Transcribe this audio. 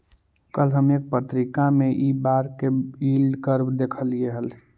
कल हम एक पत्रिका में इ बार के यील्ड कर्व देखली हल